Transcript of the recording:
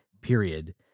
period